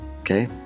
Okay